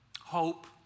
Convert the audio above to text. hope